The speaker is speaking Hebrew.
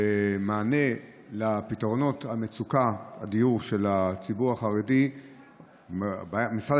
במענה למצוקת הדיור של הציבור החרדי משרד